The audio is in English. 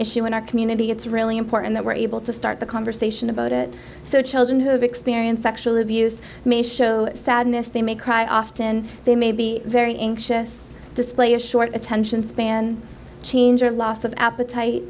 issue in our community it's really important that we're able to start the conversation about it so children who have experienced sexual abuse may show sadness they may cry often they may be very anxious display a short attention span change or loss of appetite